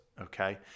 okay